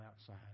outside